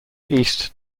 east